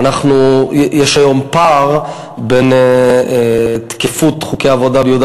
יש היום פער בין תקפות חוקי העבודה ביהודה